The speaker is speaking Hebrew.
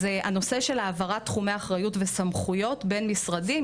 נושא העברת תחומי אחריות וסמכויות בין משרדים.